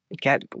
get